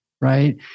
right